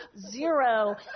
zero